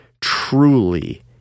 truly